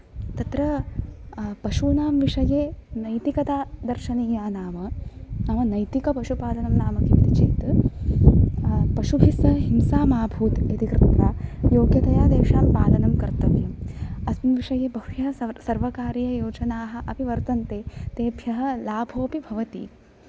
तत्र पशूनां विषये नैतिकतादर्शनीया नाम नाम नैतिकपशुपालनं नाम किं इति चेत् पशुभिः सह हिंसा मा भूत् इति कृत्वा योग्यतया तेषां पालनं कर्तव्यं अस्मिन् विषये बह्व्यः सर्वकारीययोजनाः अपि वर्तन्ते तेभ्यः लाभोऽपि भवति